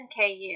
KU